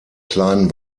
kleinen